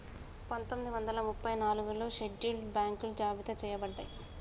పందొమ్మిది వందల ముప్పై నాలుగులో షెడ్యూల్డ్ బ్యాంకులు జాబితా చెయ్యబడ్డయ్